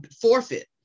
forfeit